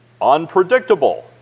unpredictable